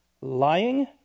lying